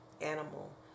animal